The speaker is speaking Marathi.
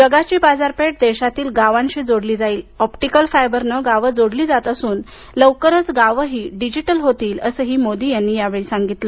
जगाची बाजारपेठ देशातील गावांशी जोडली जाईल ऑप्टीकल फायबरने गावे जोडली जात असून लवकरच गावं ही डिजिटल होतील असंही मोदी यांनी सांगितलं